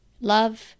Love